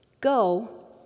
Go